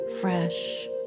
Fresh